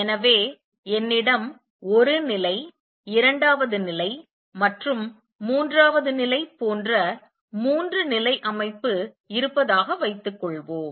எனவே என்னிடம் ஒரு நிலை இரண்டாவது நிலை மற்றும் மூன்றாவது நிலை போன்ற மூன்று நிலை அமைப்பு இருப்பதாக வைத்துக் கொள்வோம்